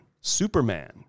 Superman